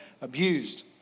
abused